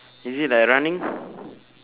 is it like running